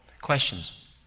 Questions